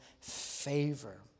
favor